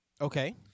Okay